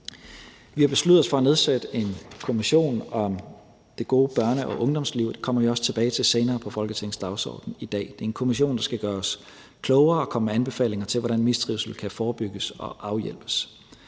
Vi har besluttet os for at nedsætte en kommission om det gode børne- og ungdomsliv, og det kommer vi også tilbage til senere på Folketingets dagsorden i dag. Det er en kommission, der skal gøre os klogere og komme med anbefalinger til, hvordan mistrivsel kan forebygges og afhjælpes.